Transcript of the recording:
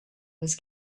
was